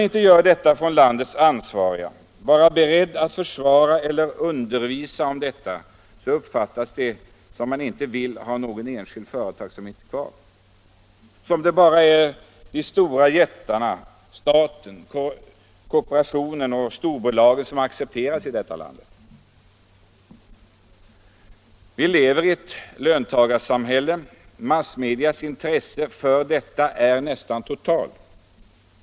När landets ansvariga inte är beredda att försvara företagsamheten eller undervisa om den uppfattas det så att de inte vill ha kvar den enskilda företagsamheten och att bara jättarna, staten, kooperationen och storbolagen, accepteras i detta land. Vi lever i ett löntagarsamhälle. Massmedias intresse för detta är nästan totalt.